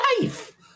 life